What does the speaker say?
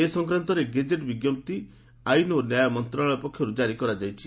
ଏ ସଂକ୍ରାନ୍ତରେ ଗେଜେଟ୍ ବିଜ୍ଞପ୍ତି ଆଇନ୍ ଓ ନ୍ୟାୟ ମନ୍ତ୍ରଣାଳୟ ପକ୍ଷରୁ ଜାରି କରାଯାଇଛି